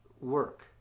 work